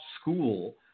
School